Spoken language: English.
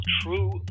true